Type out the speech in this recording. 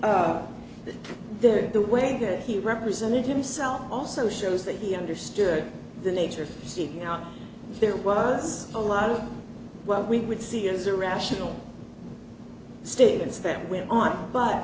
t there the way that he represented himself also shows that he understood the nature of seeking out there was a lot of what we would see as a rational statements that when on but